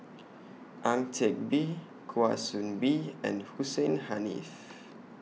Ang Teck Bee Kwa Soon Bee and Hussein Haniff